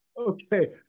Okay